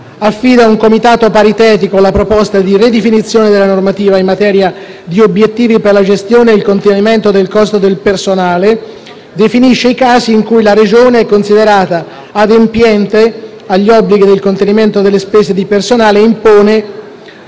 affida a un Comitato paritetico la proposta di ridefinizione della normativa in materia di obiettivi per la gestione e il contenimento del costo del personale; definisce i casi in cui la Regione è considerata adempiente agli obblighi di contenimento delle spese di personale e impone